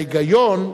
בהיגיון,